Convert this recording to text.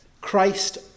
Christ